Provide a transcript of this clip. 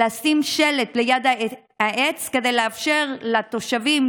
לשים שלט ליד העץ כדי לאפשר לתושבים,